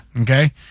Okay